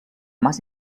mas